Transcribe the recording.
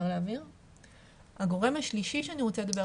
אתם יוצאים